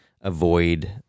avoid